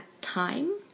time